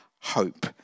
hope